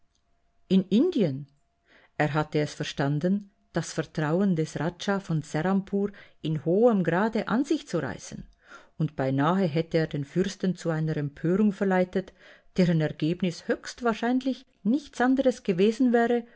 in indien er hatte es verstanden das vertrauen des rajah von serampoor in hohem grade an sich zu reißen und beinahe hätte er den fürsten zu einer empörung verleitet deren ergebnis höchstwahrscheinlich nichts anderes gewesen wäre